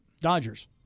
Dodgers